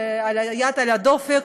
שהוא עם יד על הדופק,